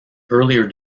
earlier